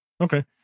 Okay